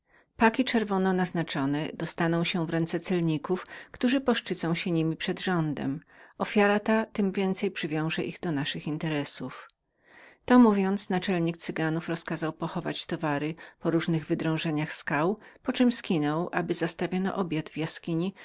paki czerwono naznaczone dostaną się w ręce celników którzy poszczycą się niemi przed rządem podczas gdy ta ofiara tem więcej przywiąże ich do naszych interesów to mówiąc naczelnik cyganów rozkazał pochować towary po różnych wydrążeniach skał poczem skinął aby zastawiono obiad w jaskini